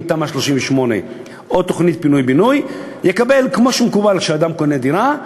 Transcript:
תמ"א 38 או תוכנית פינוי-בינוי יקבל כמו שמקובל כשאדם קונה דירה: